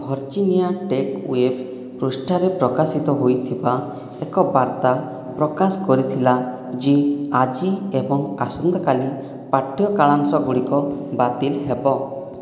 Virginia Tech web ପୃଷ୍ଠାରେ ପ୍ରକାଶିତ ହୋଇଥିବା ଏକ ବାର୍ତ୍ତା ପ୍ରକାଶ କରିଥିଲା ଯେ ଆଜି ଏବଂ ଆସନ୍ତାକାଲି ପାଠ୍ୟ କାଳାଂଶ ଗୁଡ଼ିକ ବାତିଲ୍ ହେବ